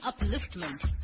upliftment